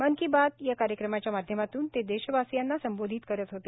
मन की बात या कार्यक्रमाच्या माध्यमातून ते देशवासियांना संबोधित करत होते